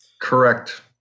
Correct